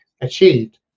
achieved